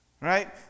right